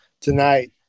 tonight